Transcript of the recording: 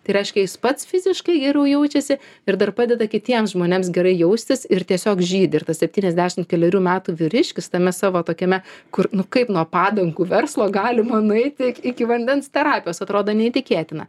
tai reiškia jis pats fiziškai geriau jaučiasi ir dar padeda kitiems žmonėms gerai jaustis ir tiesiog žydi ir tas septyniasdešimt kelerių metų vyriškis tame savo tokiame kur kaip nuo padangų verslo galima nueiti iki vandens terapijos atrodo neįtikėtina